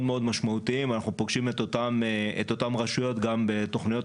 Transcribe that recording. משמעותיים אנחנו פוגשים את אותן רשויות גם בתוכניות